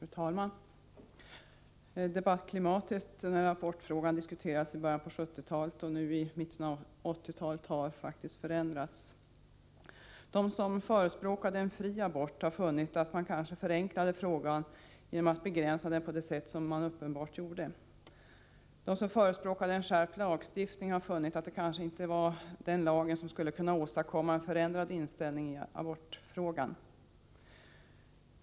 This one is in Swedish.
Fru talman! Debattklimatet i abortfrågan var faktiskt ett annat när frågan diskuterades i början av 1970-talet än när den diskuteras nu i mitten av 1980-talet. De som förespråkar en fri abort har funnit att man kanske förenklade frågan genom att begränsa den på det sätt som man uppenbart gjorde. De som förspråkade en skärpt lagstiftning har funnit att det kanske inte var den lagen som skulle kunna åstadkomma en förändrad inställning i abortfrågan.